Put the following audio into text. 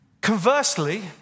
Conversely